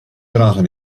dragen